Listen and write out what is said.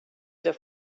the